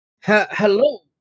Hello